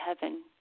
heaven